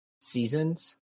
seasons